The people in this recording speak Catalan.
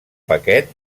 paquet